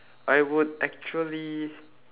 I would actually